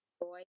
boy